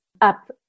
up